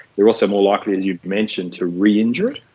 they are also more likely, as you've mentioned, to re-injure it.